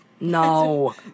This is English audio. No